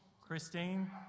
Christine